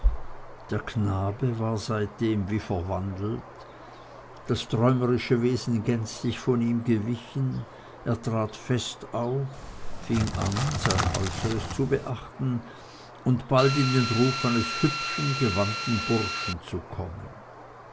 der knabe war seitdem wie verwandelt das träumerische wesen gänzlich von ihm gewichen er trat fest auf fing an sein äußeres zu beachten und bald in den ruf eines hübschen gewandten burschen zu kommen